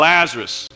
Lazarus